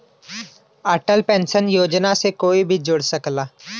Atal pension योजना से कोई भी जुड़ सकला